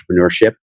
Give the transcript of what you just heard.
Entrepreneurship